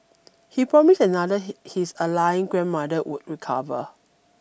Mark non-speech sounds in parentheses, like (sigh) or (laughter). he promised another (hesitation) his aligning grandmother would recover